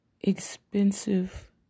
expensive